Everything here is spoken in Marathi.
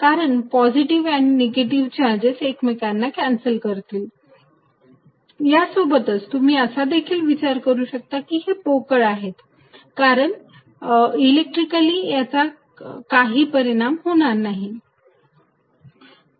कारण पॉझिटिव्ह आणि निगेटिव्ह चार्जेस एकमेकांना कॅन्सल करतील यासोबतच तुम्ही असा देखील विचार करू शकता की हे पोकळ आहेत कारण इलेक्ट्रिकली याचा काही परिणाम होणार नाही